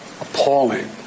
appalling